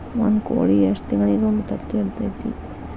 ಒಂದ್ ಕೋಳಿ ಎಷ್ಟ ತಿಂಗಳಿಗೊಮ್ಮೆ ತತ್ತಿ ಇಡತೈತಿ?